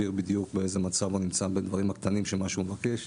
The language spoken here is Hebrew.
ולהסביר בדיוק באיזה מצב הוא נמצא בדברים הקטנים של מה שהוא מבקש.